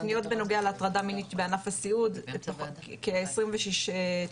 הפניות בנוגע להטרדה מינית בענף הסיעוד כ- 26 תלונות